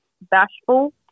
bashful